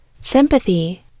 Sympathy